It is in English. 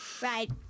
Right